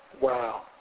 Wow